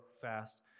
fast